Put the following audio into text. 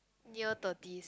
near thirty